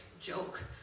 joke